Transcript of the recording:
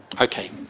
Okay